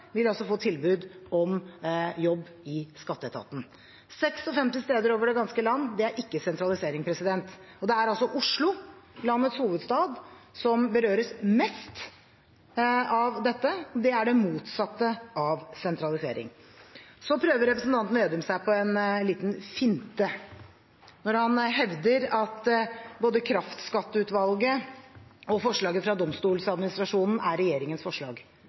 vil altså få tilbud om jobb i skatteetaten. 56 steder over det ganske land – det er ikke sentralisering. Og det er altså Oslo, landets hovedstad, som berøres mest av dette. Det er det motsatte av sentralisering. Representanten Vedum prøver seg på en liten finte når han hevder at både kraftskatteutvalget og forslaget fra Domstolkommisjonen er regjeringens forslag.